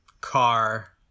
car